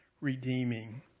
redeeming